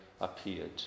appeared